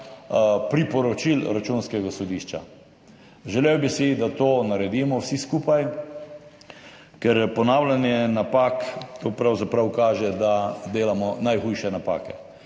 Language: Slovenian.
priporočil Računskega sodišča. Želel bi si, da to naredimo vsi skupaj, ker ponavljanje napak pravzaprav kaže, da delamo najhujše napake.